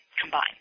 combined